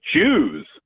choose